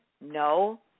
No